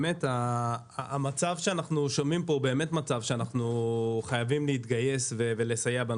המצב שאנחנו שומעים פה אנחנו בהחלט חייבים להתגייס ולסייע.